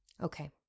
okay